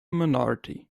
minority